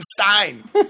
Stein